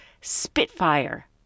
Spitfire